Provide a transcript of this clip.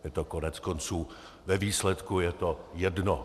Je to koneckonců ve výsledku jedno.